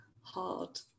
hard